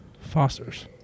fosters